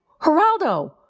Geraldo